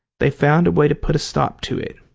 they found a way to put a stop to it.